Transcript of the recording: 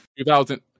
2000